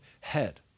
head